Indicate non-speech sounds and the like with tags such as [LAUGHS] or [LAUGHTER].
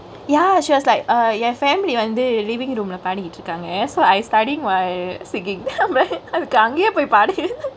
ya she was like err என்:yen family வந்து:vanthu livingk room ல பாடிகிட்டு இருக்காங்க:le paadikittu irukangkge so I studyingk while singkingk [LAUGHS] அதுக்கு அங்கேயே போய் பாடவேண்டியதுதானெ:athuku angkeye poi paadevendiyathu thaane